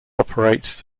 operates